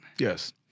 Yes